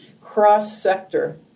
cross-sector